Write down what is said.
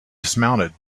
dismounted